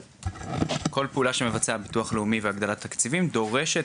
כל פעולה שמבצע הביטוח הלאומי בהגדלת תקציבים דורשת,